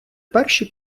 перші